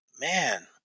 man